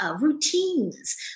routines